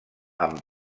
amb